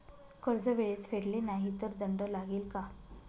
कर्ज वेळेत फेडले नाही तर दंड लागेल का?